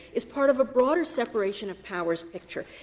is part of a broader separation of powers picture,